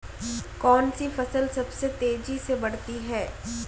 कौनसी फसल सबसे तेज़ी से बढ़ती है?